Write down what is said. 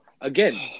again